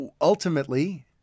ultimately